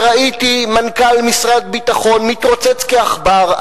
וראיתי את מנכ"ל משרד ביטחון מתרוצץ כעכבר,